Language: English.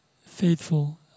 faithful